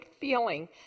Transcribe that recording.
feeling